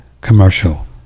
commercial